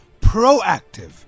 Proactive